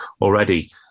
already